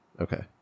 Okay